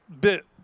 bit